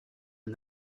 and